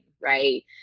right